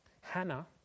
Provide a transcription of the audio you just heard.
Hannah